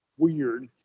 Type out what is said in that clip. Weird